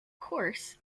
course